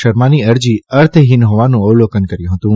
શર્માની અરજી અર્થહિન હોવાનું અવલોકન કર્યું હતું